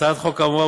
הצעת החוק האמורה,